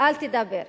אל תדבר.